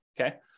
okay